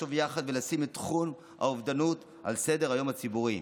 לחשוב יחד ולשים את תחום האובדנות על סדר-היום הציבורי.